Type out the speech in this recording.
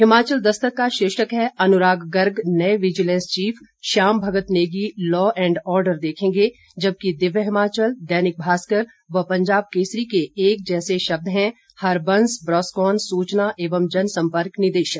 हिमाचल दस्तक का शीर्षक है अनुराग गर्ग नए vigilance chief Shyam Bhagat Negi law and order देखेंगे जबकि दिव्य हिमाचल दैनिक भास्कर व पंजाब केसरी के एक जैसे शब्द हैं हरबंस ब्रास्कॉन सूचना एवं जनसंपर्क निदेशक